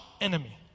enemy